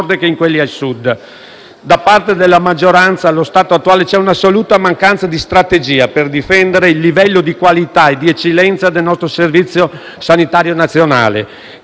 Grazie